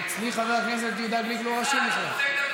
חבר הכנסת אברהם נגוסה,